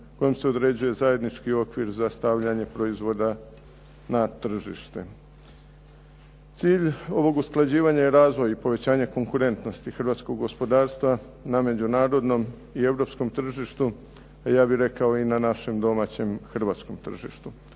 kojom se određuje zajednički okvir za stavljanje proizvoda na tržište. Cilj ovog usklađivanja je razvoj i povećanje konkurentnosti hrvatskog gospodarstva na međunarodnom i europskom tržištu, a ja bih rekao i na našem domaćem hrvatskom tržištu.